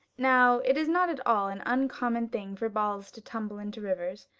now, it is not at all an uncommon thing for balls to tumble into rivers,